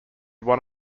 one